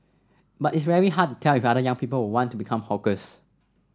but it's very hard tell if other young people will want to become hawkers